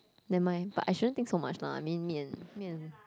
never mind but I shouldn't think so much lah I mean me and me and